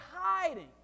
hiding